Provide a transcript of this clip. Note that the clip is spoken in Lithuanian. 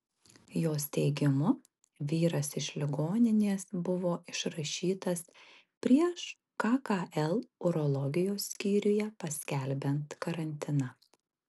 jos teigimu vyras iš ligoninės buvo išrašytas prieš kkl urologijos skyriuje paskelbiant karantiną